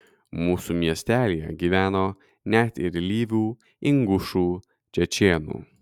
mūsų miestelyje gyveno net ir lyvių ingušų čečėnų